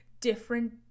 different